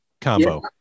combo